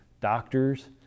doctors